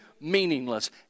meaningless